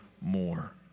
more